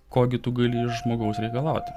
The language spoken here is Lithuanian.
ko gi tu gali iš žmogaus reikalauti